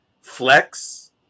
flex